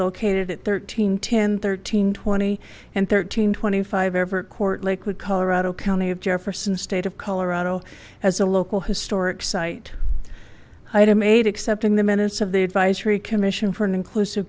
located at thirteen ten thirteen twenty and thirteen twenty five everett court lakewood colorado county of jefferson state of colorado has a local historic site item eight accepting the minutes of the advisory commission for an inclusive